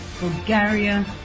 Bulgaria